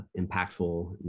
impactful